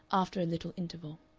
after a little interval.